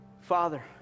Father